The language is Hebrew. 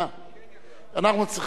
אנחנו צריכים טנקים,